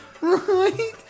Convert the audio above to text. Right